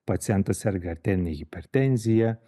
pacientas serga arterine hipertenzija